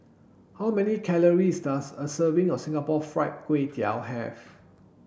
how many calories does a serving of Singapore Fried Kway Tiao have